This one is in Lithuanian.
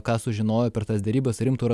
ką sužinojo per tas derybas ir imtų ir